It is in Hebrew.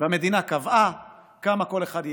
והמדינה קבעה כמה חמאה כל אחד ייצר,